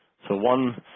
so one